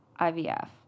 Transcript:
IVF